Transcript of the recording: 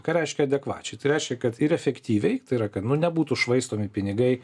ką reiškia adekvačiai tai reiškia kad ir efektyviai tai yra kad nu nebūtų švaistomi pinigai